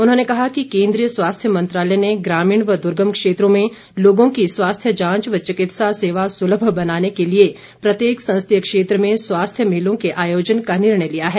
उन्होंने कहा कि केन्द्रीय स्वास्थ्य मंत्रालय ने ग्रामीण व दुर्गम क्षेत्रों में लोगों की स्वास्थ्य जांच व चिकित्सा सेवा सुलभ बनाने के लिए प्रत्येक संसदीय क्षेत्र में स्वास्थ्य मेलों के आयोजन का निर्णय लिया है